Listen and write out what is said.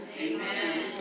Amen